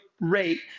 rate